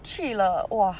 去了 !wah!